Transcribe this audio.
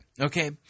okay